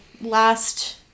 last